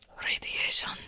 Radiation